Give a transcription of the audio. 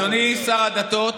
אדוני, שר הדתות,